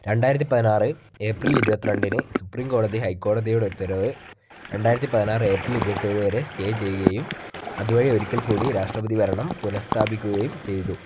രണ്ടായിരത്തി പതിനാറ് ഏപ്രിൽ ഇരുപത്തി രണ്ടിന് സുപ്രീം കോടതി ഹൈ ക്കോടതിയുടെ ഉത്തരവ് രണ്ടായിരത്തി പതിനാറ് ഏപ്രിൽ ഇരുപത്തി ഏഴ് വരെ സ്റ്റേ ചെയ്യുകയും അത് വഴി ഒരിക്കൽക്കൂടി രാഷ്ട്രപതി ഭരണം പുനഃസ്ഥാപിക്കുകയും ചെയ്തു